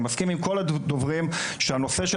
אני מסכים עם כל הדוברים שהנושא של